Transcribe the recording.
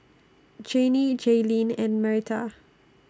Jannie Gaylene and Marietta